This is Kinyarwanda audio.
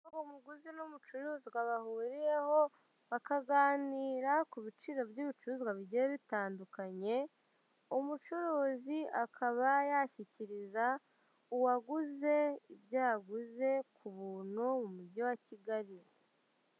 Urubuga umuguzi n'umucuruzwa bahuriyeho bakaganira ku biciro by'ibicuruzwa bigiye bitandukanye umucuruzi akaba yashyikiriza uwaguze ibyo yaguze ku buntu mu mugi wa Kigali.